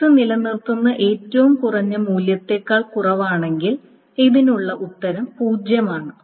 x നിലനിർത്തുന്ന ഏറ്റവും കുറഞ്ഞ മൂല്യത്തേക്കാൾ കുറവാണെങ്കിൽ ഇതിനുള്ള ഉത്തരം 0 ആണ്